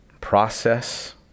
process